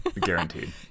Guaranteed